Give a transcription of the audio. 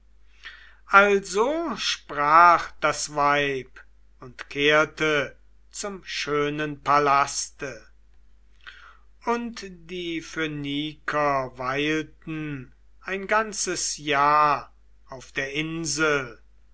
also sprach das weib und kehrte zum schönen palaste und die phöniker weilten ein ganzes jahr auf der insel